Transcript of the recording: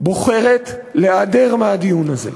בוחרת להיעדר מהדיון הזה.